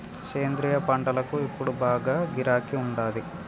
సేంద్రియ పంటలకు ఇప్పుడు బాగా గిరాకీ ఉండాది